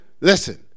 listen